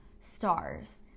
Stars